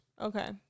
Okay